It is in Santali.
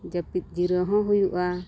ᱡᱟᱹᱯᱤᱫ ᱡᱤᱨᱟᱹᱣ ᱦᱚᱸ ᱦᱩᱭᱩᱜᱼᱟ